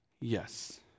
Yes